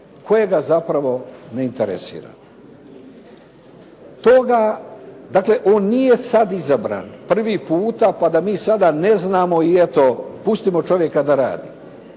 kojega zapravo ne interesira. Dakle, on nije sada izabran prvi puta pa da mi sada ne znamo i eto pustimo čovjeka da radi.